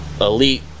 Elite